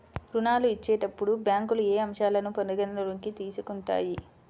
ఋణాలు ఇచ్చేటప్పుడు బ్యాంకులు ఏ అంశాలను పరిగణలోకి తీసుకుంటాయి?